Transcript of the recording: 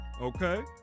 Okay